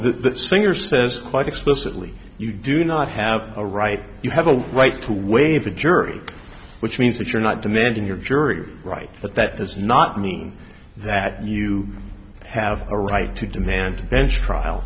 the singer says quite explicitly you do not have a right you have a right to waive a jury which means that you're not demanding your jury right but that does not mean that you have a right to demand bench trial